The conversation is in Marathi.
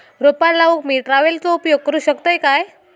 रोपा लाऊक मी ट्रावेलचो उपयोग करू शकतय काय?